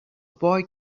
boy